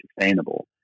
sustainable